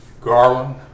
Garland